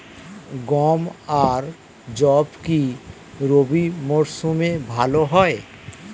গম আর যব কি রবি মরশুমে ভালো হয়?